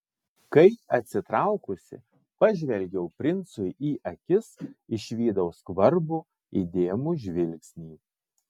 kai atsitraukusi pažvelgiau princui į akis išvydau skvarbų įdėmų žvilgsnį